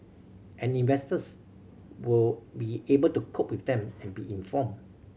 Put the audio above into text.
and investors will be able to cope with them and be informed